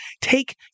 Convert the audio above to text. take